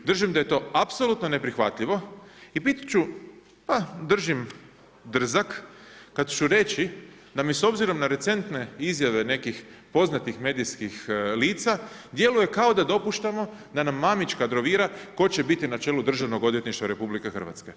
Držim da je to apsolutno neprihvatljivo i bit ću, a držim drzak kad ću reći da mi s obzirom na recentne izjave nekih poznatih medijskih lica, djeluje kao da dopuštamo da nam Mamić kadrovira tko će biti na čelu Državnog odvjetništva Republike Hrvatske.